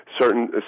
certain